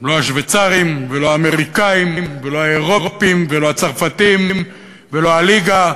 לא השוויצרים ולא האמריקנים ולא האירופים ולא הצרפתים ולא הליגה,